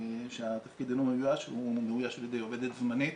התפקיד אינו מאויש, הוא מאויש על ידי עובדת זמנית